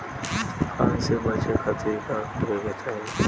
तूफान से बचे खातिर का करे के चाहीं?